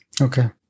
Okay